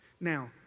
Now